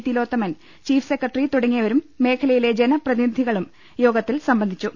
Thilothaman chief secretary തുടങ്ങിയവരും മേഖല യിലെ ജനപ്രതിനിധികളും യോഗത്തിൽ സംബന്ധിച്ചു